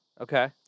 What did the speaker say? Okay